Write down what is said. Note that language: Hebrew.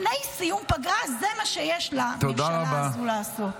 לפני סיום פגרה, זה מה שיש לממשלה הזאת לעשות.